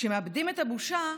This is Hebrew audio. כשמאבדים את הבושה,